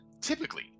Typically